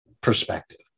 perspective